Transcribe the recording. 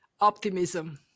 Optimism